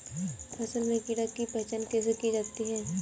फसल में कीड़ों की पहचान कैसे की जाती है?